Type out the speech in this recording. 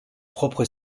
propre